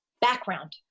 background